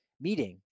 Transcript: meeting